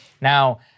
Now